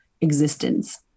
existence